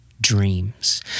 dreams